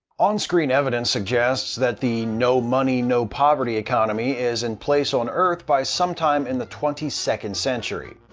onscreen evidence suggests that the no money, no poverty economy is in place on earth by sometime in the twenty second century.